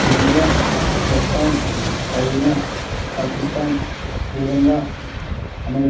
India Japan China Pakistan Sri Lanka America